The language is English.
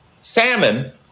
Salmon